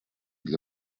для